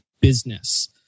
business